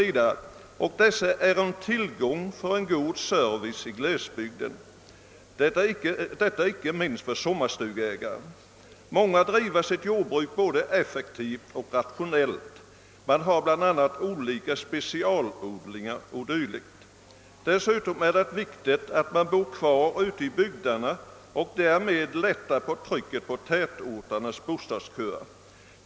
och garanterar därigenom en god service i glesbygden, icke minst åt sommarstugeägare. Många driver sitt jordbruk både effektivt och rationellt med olika specialodlingar och dylikt. Dessutom är det viktigt att människor bor kvar ute i bygderna och därmed lättar trycket på tätorternas bostadsköer.